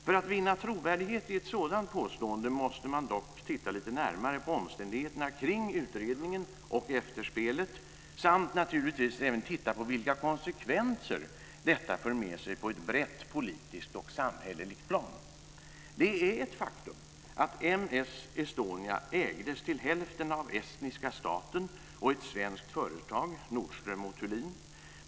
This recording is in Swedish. För att vinna trovärdighet i ett sådant påstående måste man dock titta lite närmare på omständigheterna kring utredningen och efterspelet samt naturligtvis även titta på vilka konsekvenser detta för med sig på ett brett politiskt och samhälleligt plan. Det är ett faktum att M/S Estonia ägdes till hälften av estniska staten och till hälften av ett svenskt företag, Nordström & Thulin.